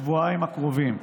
בשבועיים הקרובים,